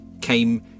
came